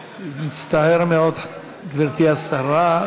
אני מצטער מאוד, גברתי השרה.